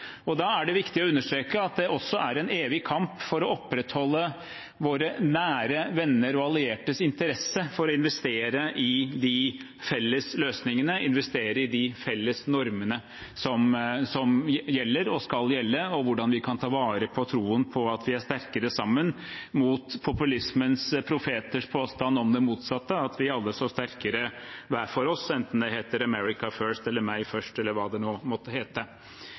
Da er det viktig å understreke at det også er en evig kamp for å opprettholde våre nære venner og alliertes interesse for å investere i de felles løsningene, de felles normene som gjelder og skal gjelde, og for å ta vare på troen på at vi er sterkere sammen, mot populismens profeters påstand om det motsatte: at vi alle står sterkere hver for oss, enten det heter «America first», «meg først» eller hva det nå måtte hete.